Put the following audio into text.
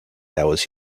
hours